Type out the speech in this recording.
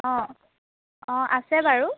অঁ অঁ আছে বাৰু